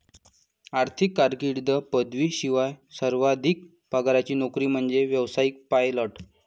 आर्थिक कारकीर्दीत पदवीशिवाय सर्वाधिक पगाराची नोकरी म्हणजे व्यावसायिक पायलट